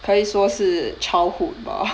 可以说是 childhood bah